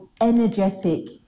energetic